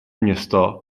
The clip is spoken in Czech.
města